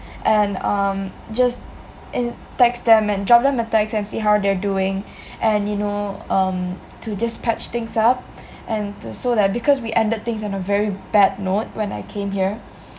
and um just I text them and drop them a text and see how they're doing and you know um to just patch things up and so that because we ended things in a very bad note when I came here